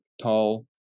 tall